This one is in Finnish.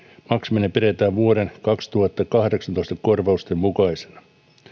maksaminen pidetään vuoden kaksituhattakahdeksantoista korvausten mukaisena